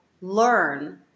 learn